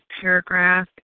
paragraph